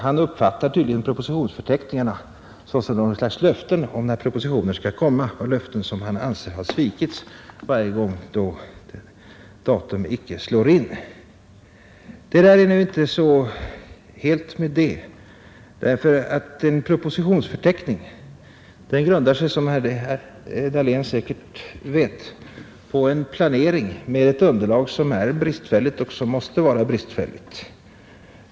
Han uppfattar tydligen propositionsförteckningarna som några slags löften om när propositionerna skall avlämnas, löften som han anser har svikits varje gång då datum inte slår in. Det är nu inte så helt med det. En propositionsförteckning grundar sig, som herr Dalén säkerligen vet, på en planering med ett underlag som är bristfälligt och som måste vara bristfälligt.